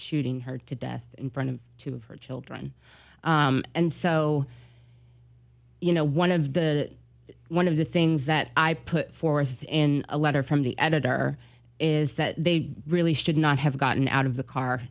shooting her to death in front of two of her children and so you know one of the one of the things that i put forth in a letter from the editor is that they really should not have gotten out of the car